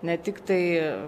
ne tik tai